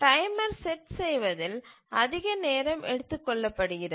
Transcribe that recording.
timer set செய்வதில் அதிக நேரம் எடுத்துக்கொள்ளப்படுகிறது